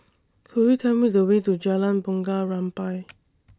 Could YOU Tell Me The Way to Jalan Bunga Rampai